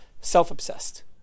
Self-obsessed